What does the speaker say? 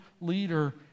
leader